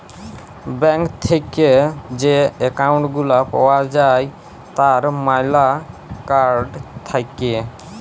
bank থেক্যে যে account গুলা পাওয়া যায় তার ম্যালা কার্ড থাক্যে